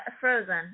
Frozen